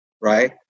Right